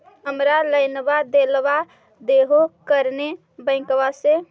हमरा लोनवा देलवा देहो करने बैंकवा से?